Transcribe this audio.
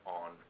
on